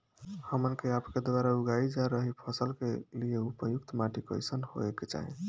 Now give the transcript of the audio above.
हमन के आपके द्वारा उगाई जा रही फसल के लिए उपयुक्त माटी कईसन होय के चाहीं?